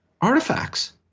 artifacts